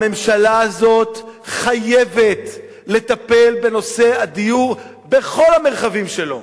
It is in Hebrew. הממשלה הזאת חייבת לטפל בנושא הדיור בכל המרחבים שלו,